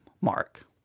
mark